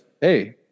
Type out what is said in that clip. hey